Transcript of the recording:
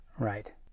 Right